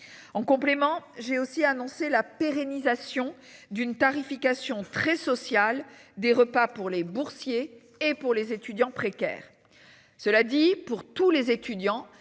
En complément, j'ai aussi annoncé la pérennisation d'une tarification très social des repas pour les boursiers et pour les étudiants précaires. Cela dit, pour tous les étudiants